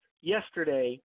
yesterday